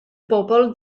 bobl